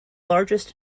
largest